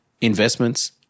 investments